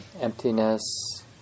emptiness